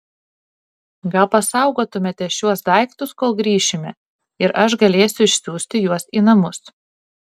gal pasaugotumėte šiuos daiktus kol grįšime ir aš galėsiu išsiųsti juos į namus